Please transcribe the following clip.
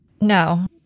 no